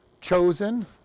chosen